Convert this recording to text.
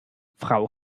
frau